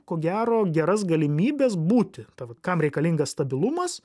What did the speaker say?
ko gero geras galimybes būti ta vat kam reikalingas stabilumas